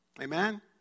amen